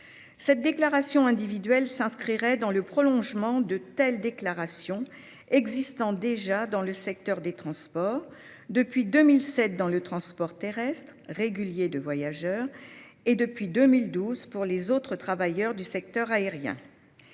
Cette déclaration individuelle s'inscrirait dans le prolongement de déclarations similaires existant déjà dans le secteur des transports, depuis 2007 dans le transport terrestre régulier de voyageurs et depuis 2012 pour les autres travailleurs du secteur aérien.